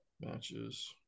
Matches